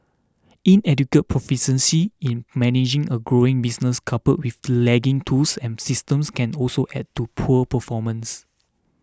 inadequate proficiency in managing a growing business coupled with lagging tools and systems can also add to poor performance